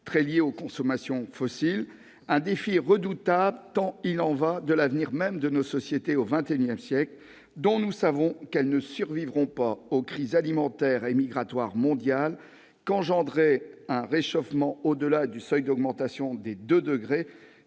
très liée aux consommations fossiles. Ce défi est redoutable, tant il y va de l'avenir même, au XXI siècle, de nos sociétés, dont nous savons qu'elles ne survivront pas aux crises alimentaires et migratoires mondiales qu'engendrerait un réchauffement supérieur au seuil d'augmentation de 2 degrés